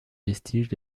vestiges